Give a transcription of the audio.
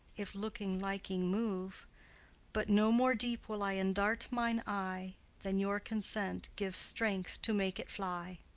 if looking liking move but no more deep will i endart mine eye than your consent gives strength to make it fly.